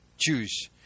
Choose